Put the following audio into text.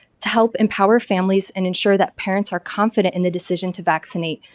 to help empower families and ensure that parents are confident in the decision to vaccinate.